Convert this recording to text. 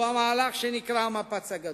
והוא המהלך שנקרא "המפץ הגדול".